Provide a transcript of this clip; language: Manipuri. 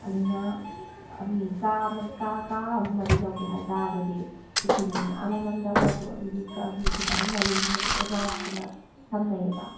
ꯑꯗꯨꯅ ꯃꯤ ꯀꯥ ꯀꯥ ꯀꯥ ꯑꯍꯨꯝ ꯃꯔꯤ ꯂꯧꯒꯦ ꯍꯥꯏꯇꯥꯒꯗꯤ ꯂꯤꯁꯤꯡ ꯑꯃꯃꯝꯗ ꯑꯣꯏꯔꯁꯨ ꯑꯗꯨꯒꯤ ꯂꯤꯁꯤꯡ ꯑꯍꯨꯝ ꯃꯔꯤꯒꯨꯝꯕꯗꯨ ꯑꯦꯗꯚꯥꯟꯁꯀꯨꯝꯕ ꯊꯝꯅꯩꯌꯦꯕ